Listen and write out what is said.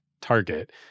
target